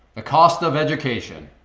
cost of education.